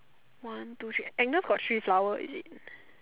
one two three Agnes got three flower is it